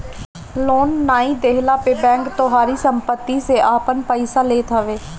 loan नाइ देहला पे बैंक तोहारी सम्पत्ति से आपन पईसा लेत हवे